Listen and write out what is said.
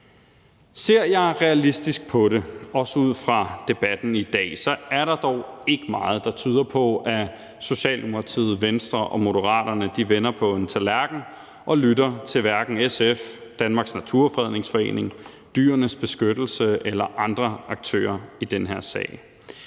Ser jeg realistisk på det, også ud fra debatten i dag, så er der dog ikke meget, der tyder på, at Socialdemokratiet, Venstre og Moderaterne vender på en tallerken og lytter til hverken SF, Danmarks Naturfredningsforening, Dyrenes Beskyttelse eller andre aktører i den her sag.